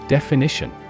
Definition